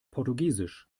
portugiesisch